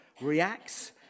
reacts